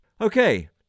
Okay